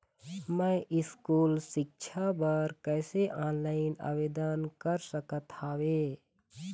मैं स्कूल सिक्छा बर कैसे ऑनलाइन आवेदन कर सकत हावे?